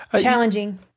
challenging